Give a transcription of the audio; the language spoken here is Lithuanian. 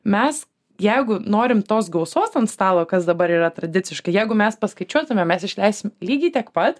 mes jeigu norim tos gausos ant stalo kas dabar yra tradiciška jeigu mes paskaičiuotume mes išleisim lygiai tiek pat